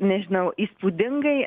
nežinau įspūdingai